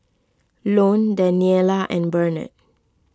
Lone Daniella and Barnard